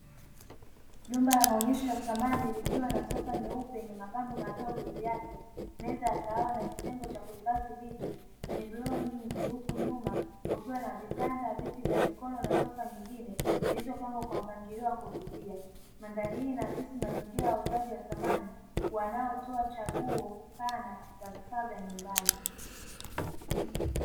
Jumba la maonyesho ya samani likiwa na sofa nyeupe yenye mapambo madogo juu yake, meza ya kahawa na kitengo cha kuhifadhi vitu. Kioo kirefu huku nyuma kikiwa na vitanda, viti vya mikono na sofa nyingine zilizopangwa kwa mpangilio wa kuvutia. Mandhari hii inaakisi mazingira ya uuzaji wa samani wanayoitoa chaguo pana ya vifaa vya nyumbani.